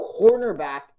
cornerback